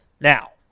Now